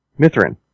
Mithrin